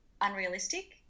unrealistic